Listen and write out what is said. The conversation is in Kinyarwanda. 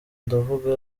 ndavuga